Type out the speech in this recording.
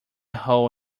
hole